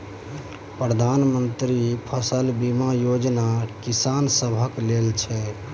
प्रधानमंत्री मन्त्री फसल बीमा योजना किसान सभक लेल छै